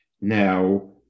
Now